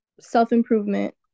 self-improvement